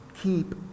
keep